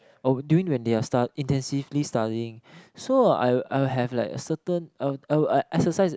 oh during when they are start intensively studying so I'll I will have like a certain I'll I'll exercise